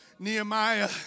Nehemiah